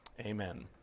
Amen